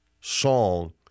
song